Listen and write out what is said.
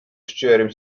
szczerym